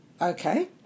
Okay